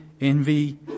envy